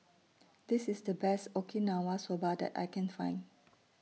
This IS The Best Okinawa Soba that I Can Find